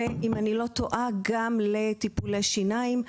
ואם אני לא טועה, גם לטיפולי שיניים.